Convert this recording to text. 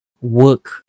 work